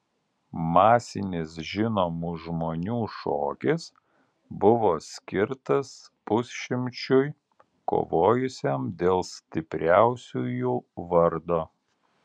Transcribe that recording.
masinis žinomų žmonių šokis buvo skirtas pusšimčiui kovojusiam dėl stipriausiųjų vardo